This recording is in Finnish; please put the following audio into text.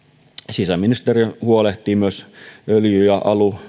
sisäministeriö huolehtii myös öljy ja